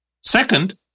Second